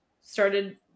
started